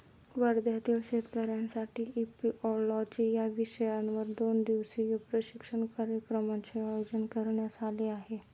वर्ध्यातील शेतकऱ्यांसाठी इपिओलॉजी या विषयावर दोन दिवसीय प्रशिक्षण कार्यक्रमाचे आयोजन करण्यात आले आहे